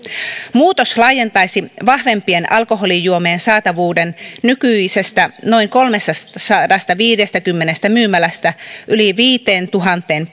muutos laajentaisi vahvempien alkoholijuomien saatavuuden nykyisestä noin kolmestasadastaviidestäkymmenestä myymälästä yli viiteentuhanteen